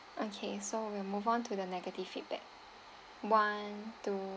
okay so we will move on to the negative feedback one two